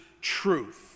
truth